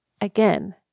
again